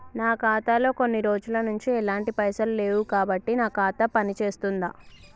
నా ఖాతా లో కొన్ని రోజుల నుంచి ఎలాంటి పైసలు లేవు కాబట్టి నా ఖాతా పని చేస్తుందా?